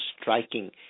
striking